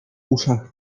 uszach